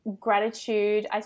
gratitude